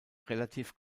relativ